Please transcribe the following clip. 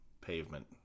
pavement